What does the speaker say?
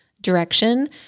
direction